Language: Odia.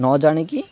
ନ ଜାଣିକି